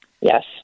Yes